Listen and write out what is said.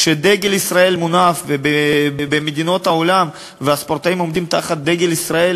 כשדגל ישראל מונף במדינות העולם והספורטאים עומדים תחת דגל ישראל